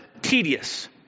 tedious